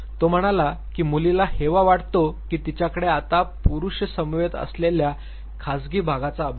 तो म्हणाला की मुलीला हेवा वाटतो की तिच्याकडे आता पुरुषसमवेत असलेल्या खासगी भागाचा अभाव आहे